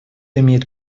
имеет